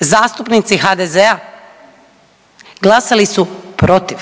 zastupnici HDZ-a? Glasali su protiv.